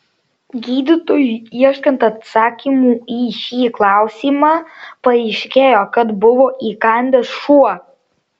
gydytojui ieškant atsakymų į šį klausimą paaiškėjo kad buvo įkandęs šuo